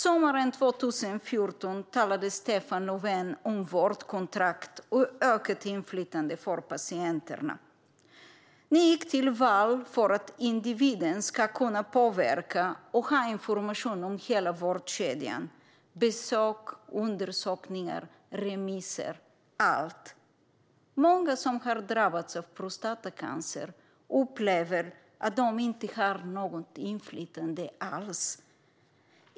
Sommaren 2014 talade Stefan Löfven om vårdkontrakt och ökat inflytande för patienterna. Ni gick till val på att individen ska kunna påverka och ha information om hela vårdkedjan: besök, undersökningar, remisser och allt. Många som har drabbats av prostatacancer upplever att de inte har något inflytande alls.